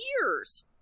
years